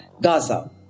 Gaza